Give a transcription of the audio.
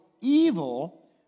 evil